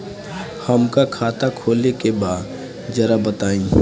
हमका खाता खोले के बा जरा बताई?